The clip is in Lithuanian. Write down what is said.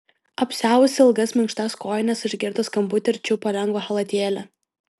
apsiavusi ilgas minkštas kojines išgirdo skambutį ir čiupo lengvą chalatėlį